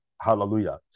Hallelujah